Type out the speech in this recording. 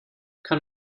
kann